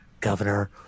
governor